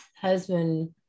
husband